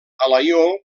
alaior